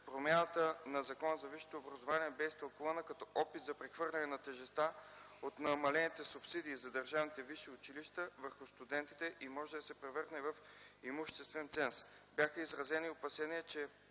Промяната на Закона за висшето образование бе изтълкувана като опит за прехвърляне на тежестта от намалените субсидии за държавните висши училища върху студентите и може да се превърна в имуществен ценз. Бяха изразени опасения, че